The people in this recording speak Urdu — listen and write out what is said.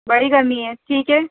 بڑی کرنی ہے ٹھیک ہے